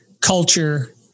culture